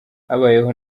habayeho